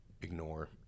ignore –